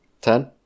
Ten